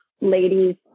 ladies